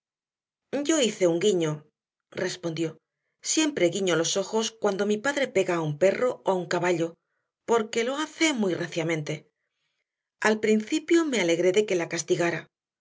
yo hice un guiño respondió siempre guiño los ojos cuando mi padre pega a un perro o a un caballo porque lo hace muy reciamente al principio me alegré de que la castigara